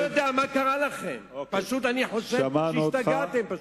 אני לא יודע מה קרה לכם, אני חושב שהשתגעתם פשוט.